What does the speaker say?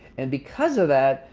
and because of that,